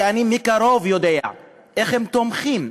שאני יודע מקרוב איך הם תומכים,